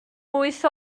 wyth